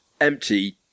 empty